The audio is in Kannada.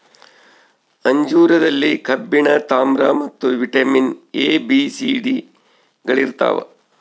ಅಂಜೂರದಲ್ಲಿ ಕಬ್ಬಿಣ ತಾಮ್ರ ಮತ್ತು vitamin A B C D ಗಳಿರ್ತಾವ